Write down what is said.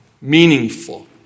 meaningful